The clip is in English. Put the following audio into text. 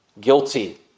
guilty